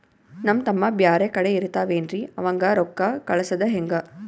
ನಮ್ ತಮ್ಮ ಬ್ಯಾರೆ ಕಡೆ ಇರತಾವೇನ್ರಿ ಅವಂಗ ರೋಕ್ಕ ಕಳಸದ ಹೆಂಗ?